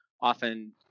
often